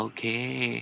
Okay